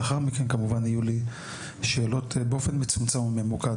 לאחר מכן יהיו לי שאלות באופן מצומצם וממוקד,